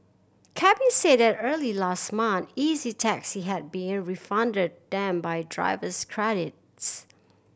cabbies said that early last month Easy Taxi had refunded them by drivers credits